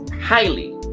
highly